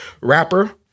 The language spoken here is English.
rapper